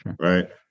Right